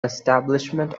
establishment